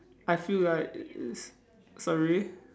I feel like it's sorry